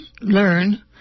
learn